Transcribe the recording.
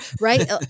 right